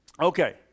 okay